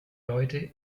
leute